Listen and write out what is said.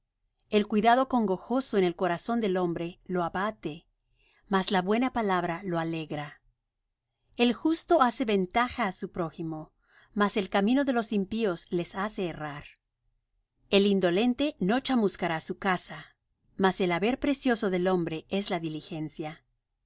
hombre lo abate mas la buena palabra lo alegra el justo hace ventaja á su prójimo mas el camino de los impíos les hace errar el indolente no chamuscará su caza mas el haber precioso del hombre es la diligencia en